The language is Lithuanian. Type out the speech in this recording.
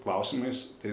klausimais tai